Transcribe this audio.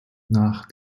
nach